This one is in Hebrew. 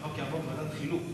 שהחוק יעבור לוועדת החינוך.